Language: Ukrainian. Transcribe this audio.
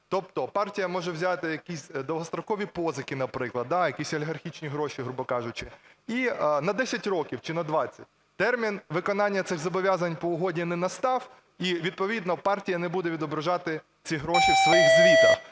Тобто партія може взяти якісь довгострокові позики, наприклад, якісь олігархічні гроші, грубо кажучи, на 10 років чи на 20. Термін виконання цих зобов'язань по угоді не настав і відповідно партія не буде відображати ці гроші в своїх звітах.